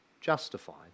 justified